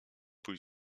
bój